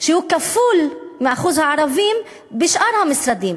שהוא כפול מאחוז הערבים בשאר המשרדים,